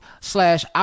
slash